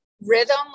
rhythm